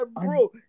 bro